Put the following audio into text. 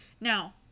Now